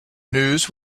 news